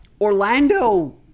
Orlando